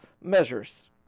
measures